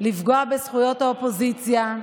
לפגוע בזכויות האופוזיציה,